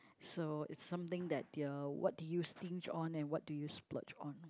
so it's something that uh what do you stinge on and what do you splurge on